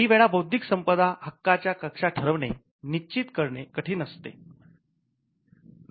काही वेळा बौद्धिक संपदा हक्काच्या कक्षा ठरवणे निश्चित करणे कठीण असते